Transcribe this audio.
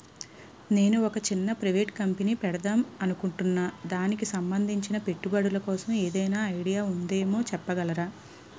నేను ఒక చిన్న ప్రైవేట్ కంపెనీ పెడదాం అనుకుంటున్నా దానికి సంబందించిన పెట్టుబడులు కోసం ఏదైనా ఐడియా ఉందేమో చెప్పగలరా?